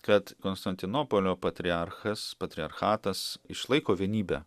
kad konstantinopolio patriarchas patriarchatas išlaiko vienybę